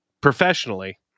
professionally